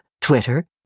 Twitter